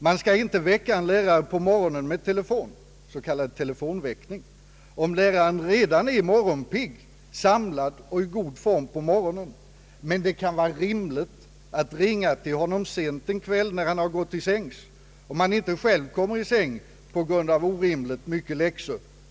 »Man ska inte väcka en lärare på morgonen med telefon om läraren redan är morgonpigg, samlad och i god form på morgonen, men det kan vara rimligt att ringa till honom sent en kväll när han har gått till sängs och man inte själv kommer i säng på grund av orimligt mycket läxor.